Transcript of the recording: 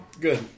good